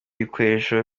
bikoresho